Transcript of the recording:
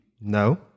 No